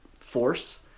force